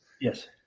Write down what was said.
yes